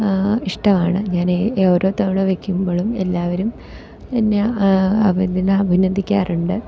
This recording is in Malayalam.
ഇഷ്ടമാണ് ഞാൻ ഓരോ തവണ വെക്കുമ്പോഴും എല്ലാവരും എന്നെ അഭിനന്ദിക്കാറുണ്ട്